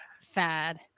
fad